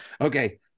Okay